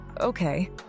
Okay